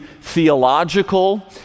theological